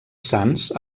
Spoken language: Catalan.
sans